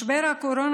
משבר הקורונה,